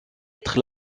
être